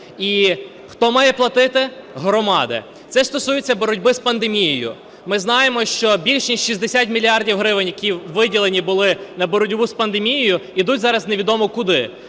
І хто має платити? Громади. Це стосується боротьби з пандемією. Ми знаємо, що більшість 60 мільярдів гривень, які виділені були на боротьбу з пандемією, ідуть зараз невідомо куди.